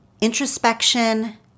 Introspection